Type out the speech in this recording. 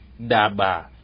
daba